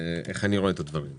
איך אני רואה את הדברים.